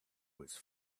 was